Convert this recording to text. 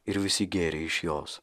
ir visi gėrė iš jos